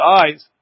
eyes